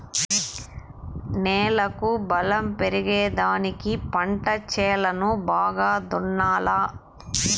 నేలకు బలం పెరిగేదానికి పంట చేలను బాగా దున్నాలా